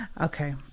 Okay